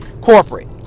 corporate